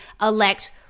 elect